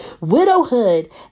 Widowhood